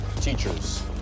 teachers